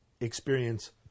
experience